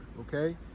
okay